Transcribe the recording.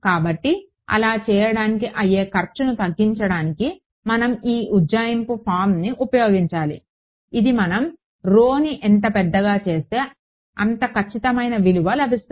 కాబట్టి అలా చేయడానికి అయ్యే ఖర్చును తగ్గించడానికి మనం ఈ ఉజ్జాయింపు ఫారమ్ను ఉపయోగించాలి ఇది మనం rhoని ఎంత పెద్దగా చేస్తే అంత ఖచ్చితమైన విలువ లభిస్తుంది